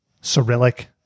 cyrillic